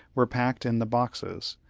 were packed in the boxes,